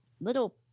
little